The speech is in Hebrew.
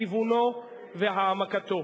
גיוונו והעמקתו.